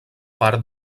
part